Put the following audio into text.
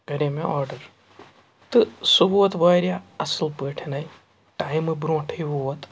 کَرے مےٚ آرڈَر تہٕ سُہ ووت واریاہ اَصٕل پٲٹھی ٹایمہٕ برٛونٛٹھٕے ووت